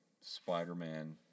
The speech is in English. Spider-Man